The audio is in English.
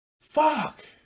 Fuck